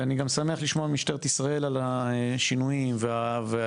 ואני גם שמח לשמוע ממשטרת ישראל על השינויים והנכונות.